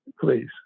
please